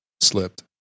slipped